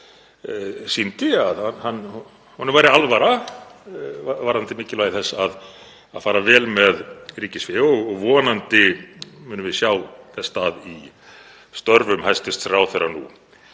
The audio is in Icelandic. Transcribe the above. sýndi að honum væri alvara varðandi mikilvægi þess að fara vel með ríkisfé og vonandi munum við sjá þess stað í störfum hæstv. ráðherra nú.